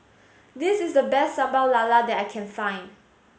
this is the best Sambal Lala that I can find